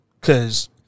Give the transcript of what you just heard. Cause